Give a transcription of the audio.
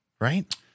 right